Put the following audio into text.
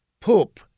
poop